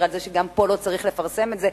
על זה שגם פה לא צריך לפרסם את זה,